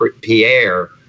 Pierre